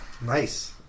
Nice